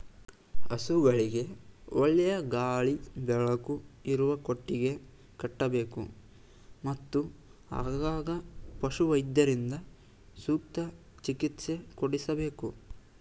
ಹಸುಗಳಿಗೆ ಒಳ್ಳೆಯ ಗಾಳಿ ಬೆಳಕು ಇರುವ ಕೊಟ್ಟಿಗೆ ಕಟ್ಟಬೇಕು, ಮತ್ತು ಆಗಾಗ ಪಶುವೈದ್ಯರಿಂದ ಸೂಕ್ತ ಚಿಕಿತ್ಸೆ ಕೊಡಿಸಬೇಕು